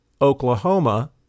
Oklahoma